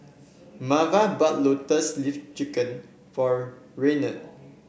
Marva bought Lotus Leaf Chicken for Raynard